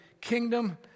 kingdom